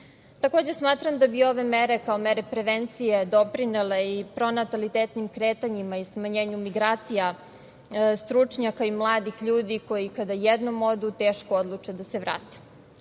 smatram da bi ove mere, kao mere prevencije, doprinele i pronatalitetnim kretanjima i smanjenju migracija stručnjaka i mladih ljudi koji kada jednom odu teško odluče da se vrate. Uz